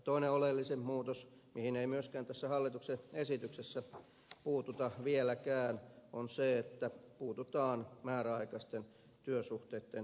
toinen oleellisin muutos johon ei myöskään tässä hallituksen esityksessä puututa vieläkään on se että puututaan määräaikaisten työsuhteitten ketjuttamiseen